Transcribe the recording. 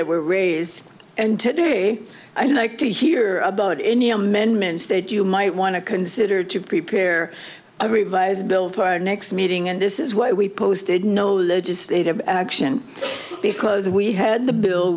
were raised and today i'd like to hear about any amendments that you might want to consider to prepare a revised bill for our next meeting and this is why we posted no legislative action because we had the bill